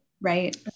right